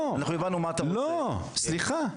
אנחנו הבנו מה אתם רוצים --- לא, סליחה.